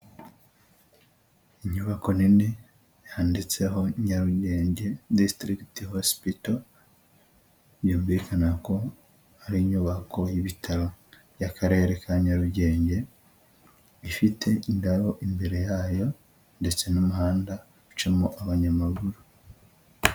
Inyubako nini yanditseho Nyarugenge District Hospital byurumvikana ko ari inyubako y'ibitaro by'aAkarere ka Nyarugenge, ifite indabo imbere yayo ndetse n'umuhanda ucamo abanyamaguru.